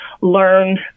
learn